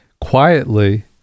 quietly